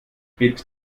felix